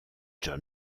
john